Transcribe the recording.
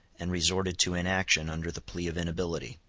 and resorted to inaction under the plea of inability.